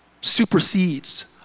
supersedes